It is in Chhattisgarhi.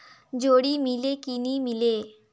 जोणी मीले कि नी मिले?